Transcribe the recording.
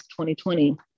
2020